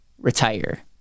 retire